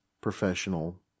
professional